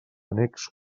annex